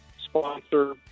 sponsor